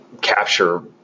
capture